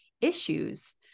issues